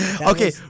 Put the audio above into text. Okay